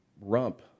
rump